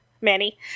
manny